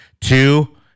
Two